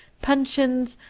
pensions,